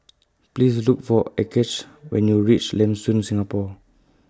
Please Look For Achsah when YOU REACH Lam Soon Singapore